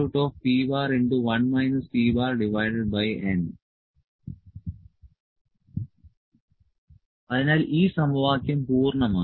L p 3p n അതിനാൽ ഈ സമവാക്യം പൂർണ്ണമായി